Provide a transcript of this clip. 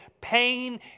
pain